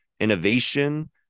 Innovation